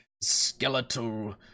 skeletal